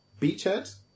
Beachhead